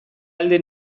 alde